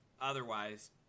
otherwise